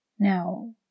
Now